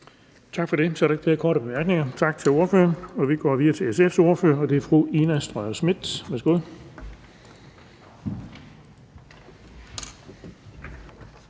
Tak for det. Der er ikke flere korte bemærkninger. Tak til ordføreren. Vi går videre til SF's ordfører, fru Ina Strøjer-Schmidt. Værsgo.